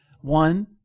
One